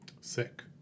Sick